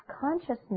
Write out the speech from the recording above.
consciousness